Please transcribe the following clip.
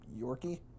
Yorkie